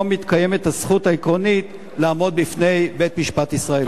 מתקיימת הזכות העקרונית לעמוד בפני בית-משפט ישראלי.